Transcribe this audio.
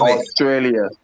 Australia